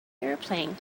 airplane